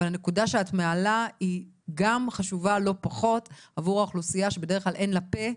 אבל הנקודה שאת מעלה היא גם חשובה לא פחות עבור האוכלוסייה אין לה פה,